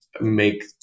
make